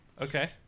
Okay